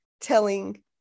telling